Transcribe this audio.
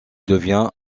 devient